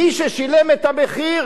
מי ששילם את המחיר,